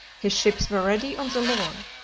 his ships were ready on the loire.